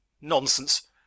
Nonsense